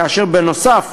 כאשר בנוסף